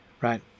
right